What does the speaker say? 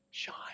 shine